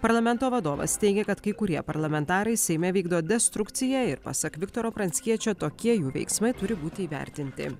parlamento vadovas teigia kad kai kurie parlamentarai seime vykdo destrukciją ir pasak viktoro pranckiečio tokie jų veiksmai turi būti įvertinti